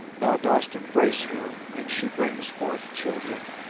thou dost embrace her and she brings forth children